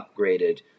upgraded